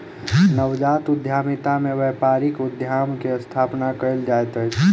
नवजात उद्यमिता में व्यापारिक उद्यम के स्थापना कयल जाइत अछि